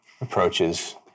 approaches